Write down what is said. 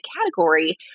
category